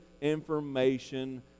information